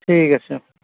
ঠিক আছে